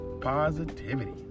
positivity